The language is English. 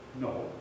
No